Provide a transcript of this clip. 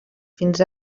fins